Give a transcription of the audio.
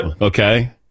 okay